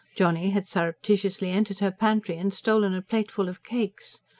johnny had surreptitiously entered her pantry and stolen a plateful of cakes.